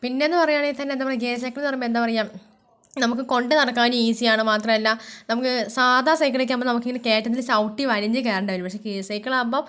പിന്നേന്നു പറയാണേൽ തന്നെ എന്താ പറയാ ഗിയർ സൈക്കിൾ പറയുമ്പോൾ എന്താപറയാ നമുക്ക് കൊണ്ട് നടക്കാൻ ഈസീ ആണ് മാത്രമല്ല നമുക്ക് സാധാ സൈക്കിളൊക്കെ ആവുമ്പോൾ നമുക്കിങ്ങനെ കയറ്റത്തിൽ ചവിട്ടി വലിഞ്ഞ് കയറേണ്ടിവരും പക്ഷേ ഗിയർ സൈക്കിളാവുമ്പോൾ